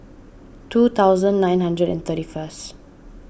two thousand nine hundred and thirty first